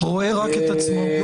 רואה רק את עצמו.